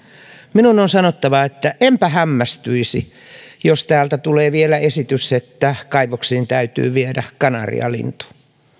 minun on sanottava että enpä hämmästyisi jos täältä tulisi vielä esitys että kaivoksiin täytyy viedä kanarialintu